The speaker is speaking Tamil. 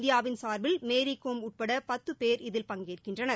இந்தியாவின் சார்பில் மேரிகோம் உட்பட பத்து பேர் இதில் பங்கேற்கின்றனர்